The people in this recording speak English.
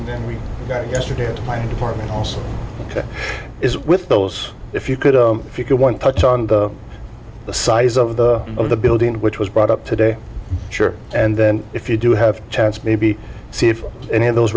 and then we got yesterday and my department also is with those if you could if you could one touch on the size of the of the building which was brought up today sure and then if you do have a chance maybe see if any of those